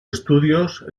estudios